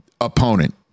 opponent